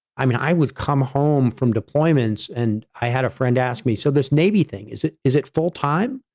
i mean, i would come home from deployments and i had a friend asked me, so this navy thing is it is it full time?